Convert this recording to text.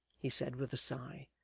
he said, with a sigh,